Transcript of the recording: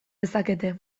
dezakete